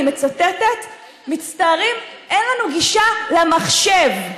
אני מצטטת: מצטערים, אין לנו גישה למחשב.